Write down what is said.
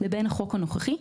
לבין החוק הנוכחי.